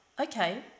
Okay